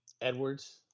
Edwards